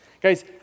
Guys